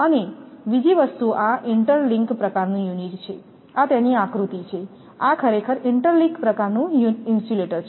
અને બીજી વસ્તુ આ ઇન્ટર લિંક પ્રકારનું યુનિટ છે આ તેની આકૃતિ છે આ ખરેખર ઇન્ટર લિંક પ્રકારનું ઇન્સ્યુલેટર છે